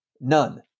None